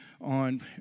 on